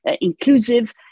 inclusive